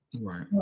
right